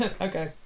Okay